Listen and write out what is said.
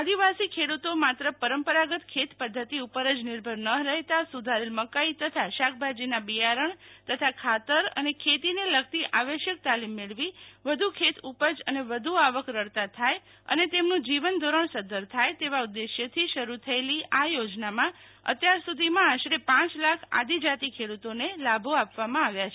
આદિવાસ ખેડૂતો માત્ર પરંપરાગત ખેત પધ્ધતિ ઉપર જ નિર્ભર ન રહેતા સુધારેલ મકાઈ તથા શાકભાજીના બિયારણ તથા ખાતર અને ખેતીને લગતી આવશ્યક તાલીમ મેળવી વધુ ખેત ઉપજ અને વધુ આવક રળતા થાય અને તેમનું જીવનધોરણ સદ્વર થાય તેવા ઉદેશ્યથી શરૂ થયેલી આ યોજનામાં અત્યાર સુધી આશરે પાંચ લાખ આદિજાતી ખેડૂતોને લાભ આપવામાં આવ્યા છે